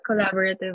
collaborative